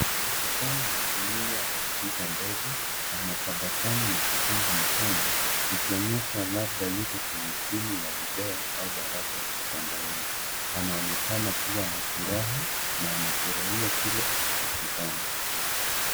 Msichana anatumia kompyuta ndogo. Anatabasamu na kupunga mkono, ikionyesha labda yuko kwenye simu ya video au darasa la matandaoni. Anaonekana kuwa na furaha, na anafurahia kile anachokifanya.